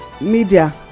Media